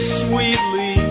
sweetly